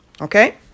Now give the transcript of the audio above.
Okay